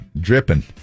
Dripping